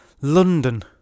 London